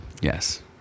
Yes